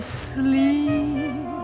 sleep